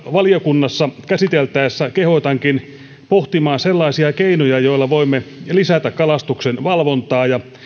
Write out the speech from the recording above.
valiokunnassa käsiteltäessä kehotankin pohtimaan sellaisia keinoja joilla voimme lisätä kalastuksen valvontaa ja